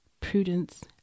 prudence